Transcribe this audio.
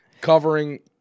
Covering